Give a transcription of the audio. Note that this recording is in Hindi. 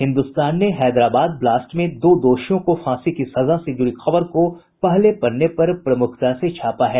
हिन्दुस्तान ने हैदराबाद ब्लास्ट में दो दोषियों को फांसी की सजा से जुड़ी खबर को पहले पन्ने पर प्रमुखता से छापा है